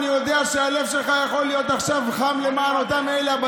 אני יודע שהלב שלך יכול להיות עכשיו חם למען אותם אלה,